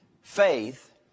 Faith